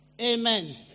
Amen